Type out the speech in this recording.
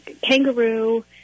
kangaroo